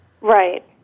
Right